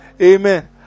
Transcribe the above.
Amen